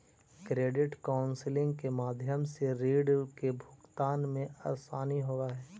credit counselling के माध्यम से रीड के भुगतान में असानी होवऽ हई